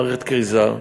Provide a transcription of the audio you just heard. מערכת כריזה,